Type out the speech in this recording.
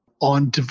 on